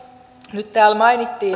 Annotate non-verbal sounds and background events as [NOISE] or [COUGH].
nyt täällä mainittiin [UNINTELLIGIBLE]